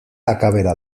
akabera